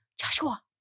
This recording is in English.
Joshua